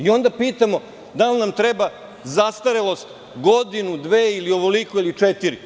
Onda pitamo, da li nam treba zastarelost, godinu, dve ili ovoliko, ili četiri?